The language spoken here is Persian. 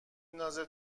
ندازه